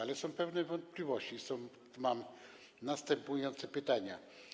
Ale są pewne wątpliwości, stąd mam następujące pytania.